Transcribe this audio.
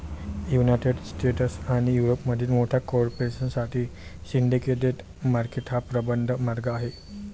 United States आणि युरोपमधील मोठ्या कॉर्पोरेशन साठी सिंडिकेट डेट मार्केट हा प्रबळ मार्ग आहे